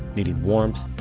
needing warmth,